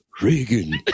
Reagan